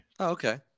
okay